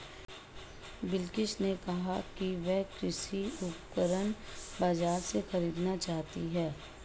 बिलकिश ने कहा कि वह कृषि उपकरण बाजार से खरीदना चाहती है